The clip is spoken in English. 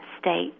state